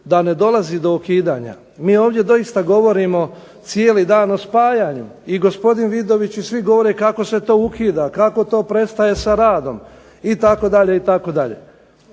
da ne dolazi do ukidanja. Mi ovdje doista govorimo cijeli dan o spajanju i gospodin Vidović i svi govore kako se to ukida, kako to prestaje sa radom itd.